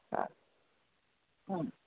ಹಾಂ